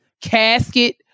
casket